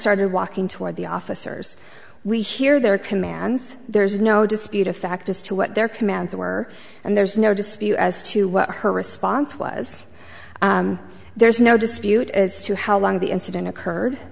started walking toward the officers we hear their commands there's no dispute of fact as to what their commands were and there's no dispute as to what her response was there's no dispute as to how long the incident occurred